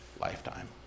lifetime